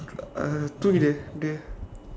uh I think the the